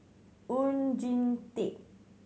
Oon Jin Teik